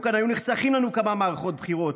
כאן היו נחסכות לנו כמה מערכות בחירות.